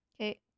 okay